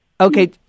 Okay